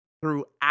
throughout